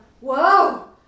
whoa